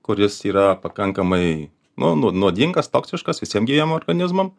kuris yra pakankamai nu nu nuodingas toksiškas visiem gyviem organizmam